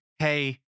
Hey